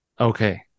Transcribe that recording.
Okay